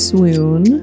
Swoon